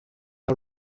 are